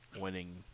winning